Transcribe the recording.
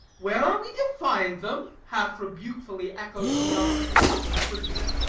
where are we to find them? half-rebukefully echoed the young episcopal clergymen.